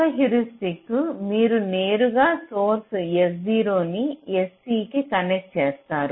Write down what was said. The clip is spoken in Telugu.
ఒక హ్యూరిస్టిక్ మీరు నేరుగా సోర్స్ S0 ని sc కి కనెక్ట్ చేస్తారు